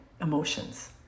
emotions